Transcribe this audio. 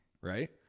right